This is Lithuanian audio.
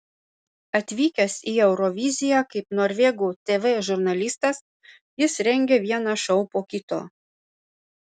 atvykęs į euroviziją kaip norvegų tv žurnalistas jis rengia vieną šou po kito